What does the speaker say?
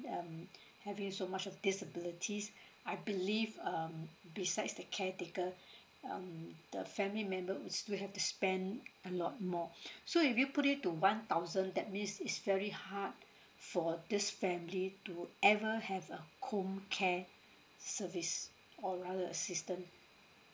um having so much of disabilities I believe um besides the caretaker um the family member would still have to spend a lot more so if you put it to one thousand that means it's very hard for this family to ever have a home care service or rather a system